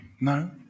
No